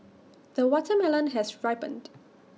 the watermelon has ripened